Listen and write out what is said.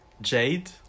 jade